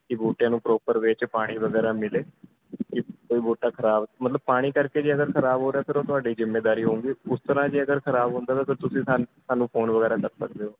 ਕਿ ਬੂਟਿਆਂ ਨੂੰ ਪ੍ਰੋਪਰ ਵਿੱਚ ਪਾਣੀ ਵਗੈਰਾ ਮਿਲੇ ਕਿ ਕੋਈ ਬੂਟਾ ਖਰਾਬ ਮਤਲਬ ਪਾਣੀ ਕਰਕੇ ਜੇ ਅਗਰ ਖਰਾਬ ਹੋ ਰਿਹਾ ਫਿਰ ਉਹ ਤੁਹਾਡੀ ਜ਼ਿੰਮੇਦਾਰੀ ਹੋਊਗੀ ਉਸ ਤਰ੍ਹਾਂ ਜੇ ਅਗਰ ਖਰਾਬ ਹੁੰਦਾ ਤਾਂ ਤੁਸੀਂ ਸਾਨ ਸਾਨੂੰ ਫੋਨ ਵਗੈਰਾ ਕਰ ਸਕਦੇ ਹੋ